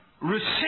receive